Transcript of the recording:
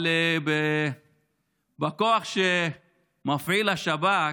אבל בכוח שמפעיל השב"כ,